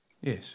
Yes